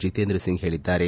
ಜಿತೇಂದ್ರ ಸಿಂಗ್ ಹೇಳಿದ್ದಾರೆ